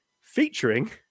featuring